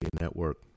Network